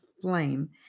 flame